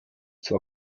zwar